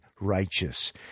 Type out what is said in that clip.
righteous